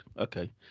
Okay